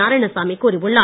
நாராயணசாமி கூறியுள்ளார்